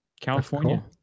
california